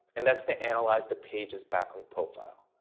and that's to analyze the page's backlink profile.